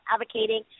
advocating